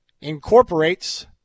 incorporates